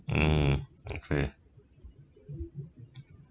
mm okay